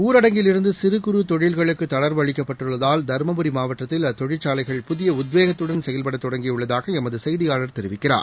ஊரடங்கில் இருந்து சிறு குறு தொழில்களுக்கு தளா்வு அளிக்கப்பட்டுள்ளதால் தருமபுரி மாவட்டத்தில் அத்தொழிற்சாலைகள் புதிய உத்வேகத்துடன் செயல்பட தொடங்கியுள்ளதாக எமது செய்தியாளர் தெரிவிக்கிறார்